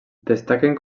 destaquen